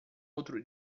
outro